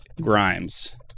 Grimes